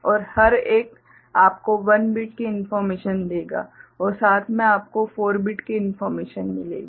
और हर एक आपको 1 बिट की इन्फोर्मेशन देगा और साथ में आपको 4 बिट की इन्फोर्मेशन मिलेगी